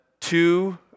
two